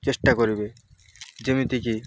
ଚେଷ୍ଟା କରିବେ ଯେମିତିକି